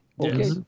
Okay